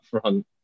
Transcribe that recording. front